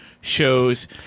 shows